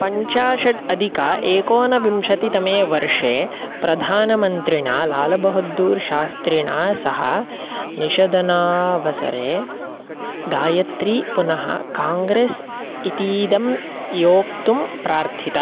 पञ्चाशतधिक एकोनविंशतितमे वर्षे प्रधानमन्त्रिणा लालबहद्दूर् शास्त्रिणा सह निषदनावसरे गायत्री पुनः काङ्ग्रेस् इतीदं योक्तुं प्रार्थिता